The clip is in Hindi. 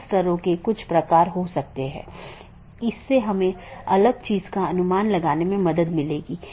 धीरे धीरे हम अन्य परतों को देखेंगे जैसे कि हम ऊपर से नीचे का दृष्टिकोण का अनुसरण कर रहे हैं